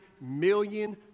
million